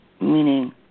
meaning